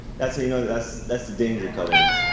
that's how you know that's that's the danger colors.